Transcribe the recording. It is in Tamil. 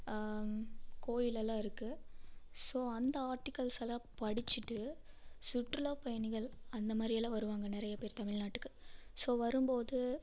கோயிலெல்லாம் இருக்குது ஸோ அந்த ஆர்ட்டிகல்ஸ் எல்லாம் படிச்சுட்டு சுற்றுலா பயணிகள் அந்த மாதிரியெல்லாம் வருவாங்க நிறைய பேர் தமிழ்நாட்டுக்கு ஸோ வரும்போது